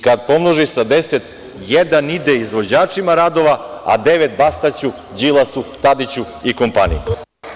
I kad pomnoži sa 10, jedan ide izvođačima radova, a devet Bastaću, Đilasu, Tadiću i kompaniji.